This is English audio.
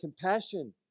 compassion